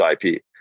IP